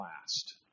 last